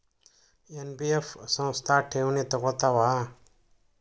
NBF ಸಂಸ್ಥಾ ಠೇವಣಿ ತಗೋಳ್ತಾವಾ?